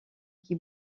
qui